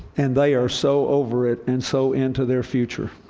and they are so over it and so into their future.